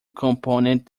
component